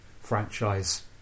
franchise